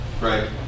Right